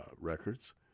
Records